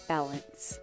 Balance